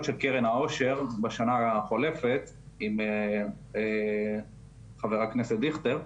של קרן העושר בשנה החולפת עם ח"כ דיכטר,